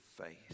faith